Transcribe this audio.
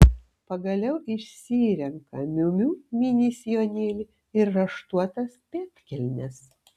pagaliau išsirenka miu miu mini sijonėlį ir raštuotas pėdkelnes